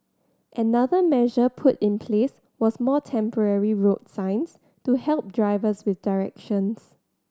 another measure put in place was more temporary road signs to help drivers with directions